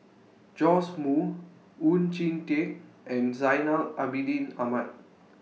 Joash Moo Oon Jin Teik and Zainal Abidin Ahmad